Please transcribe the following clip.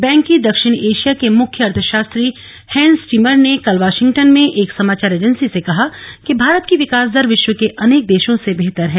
bank की दक्षिण Asia के मुख्य अर्थशास्त्री हैंस टिमर ने कल वाशिंगटन में एक समाचार एजेंसी से कहा कि भारत की विकास दर विश्व के अनेक देशों से बेहतर है